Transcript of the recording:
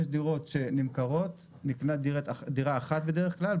דירות שנמכרות נקנית דירה אחת בדרך כלל.